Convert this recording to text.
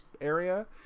area